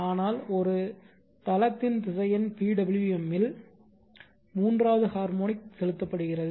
ஆனால் ஒரு தளத்தின் திசையன் PWM இல் மூன்றாவது ஹார்மோனிக் செலுத்தப்படுகிறது